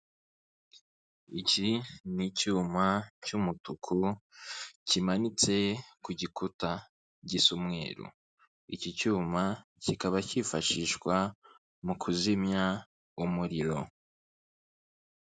Iki ni icyuma cy'umutuku kimanitse ku gikuta gisa umweru, iki cyuma kikaba cyifashishwa mu kuzimya umuriro.